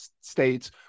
states